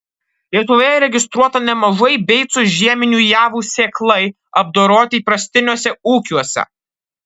lietuvoje registruota nemažai beicų žieminių javų sėklai apdoroti įprastiniuose ūkiuose